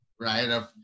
right